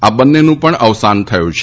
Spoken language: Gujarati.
આ બંનેનું પણ અવસાન થયું છે